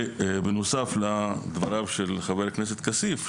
ובנוסף לדבריו של חבר הכנסת כסיף,